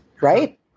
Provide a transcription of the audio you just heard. Right